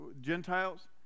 Gentiles